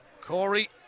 Corey